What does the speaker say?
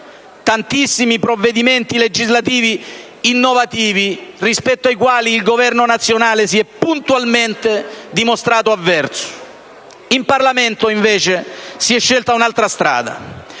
tantissimi provvedimenti legislativi innovativi rispetto ai quali il Governo nazionale si è puntualmente dimostrato avverso. In Parlamento, invece, si è scelta un'altra strada: